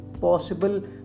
possible